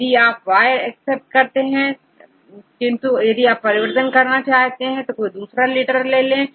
यदि आपY एक्सेप्ट कर रहे हैंकिन्तु यदि आप परिवर्तन करना चाहते हैं तो आप कोई दूसरा लेटर ले सकते हैं